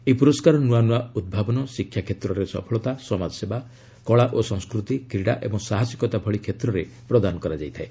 ଏହି ପୁରସ୍କାର ନ୍ତଆନ୍ତଆ ଉଭାବନ ଶିକ୍ଷା କ୍ଷେତ୍ରରେ ସଫଳତା ସମାଜସେବା କଳା ଓ ସଂସ୍କୃତି କ୍ରୀଡ଼ା ଏବଂ ସାହସିକତା ଭଳି କ୍ଷେତ୍ରରେ ପ୍ରଦାନ କରାଯାଇଥାଏ